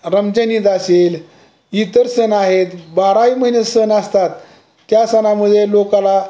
रमजान ईद असेल इतर सण आहेत बाराही महिने सण असतात त्या सणामध्ये लोकाला